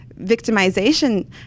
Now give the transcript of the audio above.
victimization